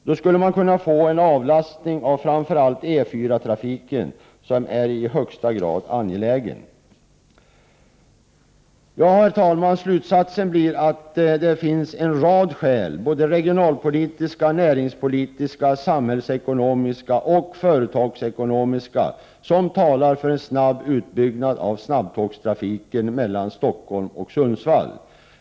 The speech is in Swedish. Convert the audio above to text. Då skulle man kunna få en avlastning av framför allt E 4-trafiken, vilket i högsta grad är angeläget. Herr talman! Slutsatserna blir att det finns en rad skäl — såväl regionalpolitiska och näringspolitiska som samhällsekonomiska och företagsekonomiska — som talar för en snabb utbyggnad av snabbtågstrafiken mellan Stockholm och Sundsvall.